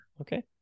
okay